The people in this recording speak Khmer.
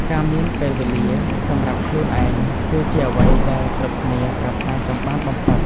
ការមានពេលវេលាសម្រាប់ខ្លួនឯង គឺជាអ្វីដែលគ្រប់គ្នាប្រាថ្នាចង់បានបំផុត។